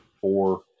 four